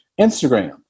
Instagram